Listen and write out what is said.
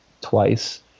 twice